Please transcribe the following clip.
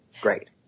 Great